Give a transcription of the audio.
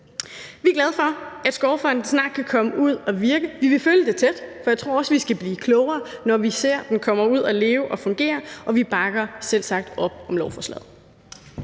Vi er glade for, at Klimaskovfonden snart kan komme ud at virke. Vi vil følge det tæt, for jeg tror også, vi skal blive klogere, når vi ser, at den kommer ud at leve og fungere – og vi bakker selvsagt op om lovforslaget.